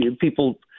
people